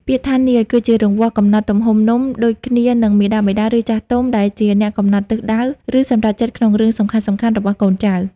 ពាក្យថានាឡិ គឺជារង្វាស់កំណត់ទំហំនំ ដូចគ្នានឹងមាតាបិតា ឬចាស់ទុំ ដែលជាអ្នកកំណត់ទិសដៅ ឬសម្រេចចិត្តក្នុងរឿងសំខាន់ៗរបស់កូនចៅ។